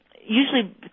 usually